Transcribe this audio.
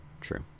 True